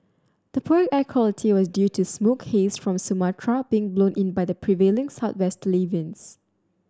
the poor air quality was due to smoke haze from Sumatra being blown in by the prevailing southwesterly winds